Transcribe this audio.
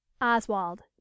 Oswald